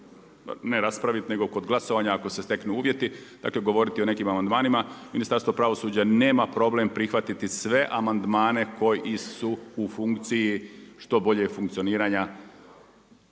ne raspraviti nego kod glasovanja ako se steknu uvjeti, dakle govoriti o nekim amandmanima. Ministarstvo pravosuđa nema problem prihvatiti sve amandmane koji su u funkciji što boljeg funkcioniranja